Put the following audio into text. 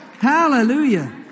Hallelujah